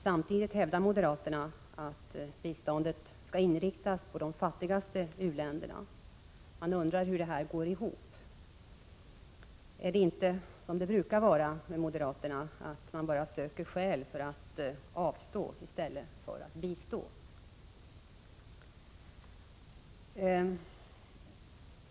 Samtidigt hävdar moderaterna att biståndet skall inriktas på de fattigaste u-länderna. Man undrar hur detta går ihop. Är det inte som det brukar vara med moderaterna, att de bara söker skäl för att avstå i stället för att bistå?